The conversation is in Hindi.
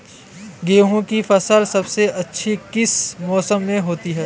गेंहू की फसल सबसे अच्छी किस मौसम में होती है?